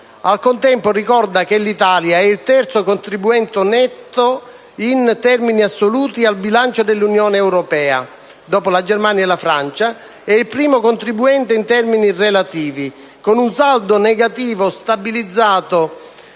al contempo, ricorda che l'Italia è il terzo contribuente netto in termini assoluti al bilancio dell'Unione europea (dopo la Germania e la Francia) e il primo contribuente in termini relativi, con un saldo negativo stabilizzato